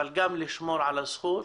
אבל גם לשמור על הסדר,